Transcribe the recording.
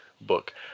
book